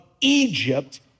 Egypt